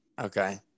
Okay